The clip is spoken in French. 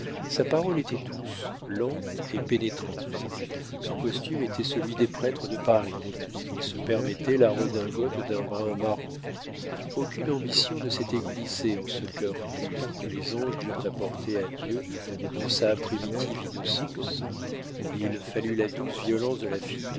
sa parole était douce lente et pénétrante son costume était celui des prêtres de paris il se permettait la redingote d'un brun marron aucune ambition ne s'était glissée en ce cœur pur que les anges durent apporter à dieu dans sa primitive innocence il fallut la douce violence de la fille